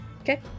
Okay